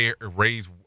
raise